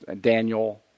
Daniel